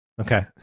Okay